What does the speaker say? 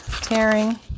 tearing